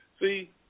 see